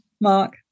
Mark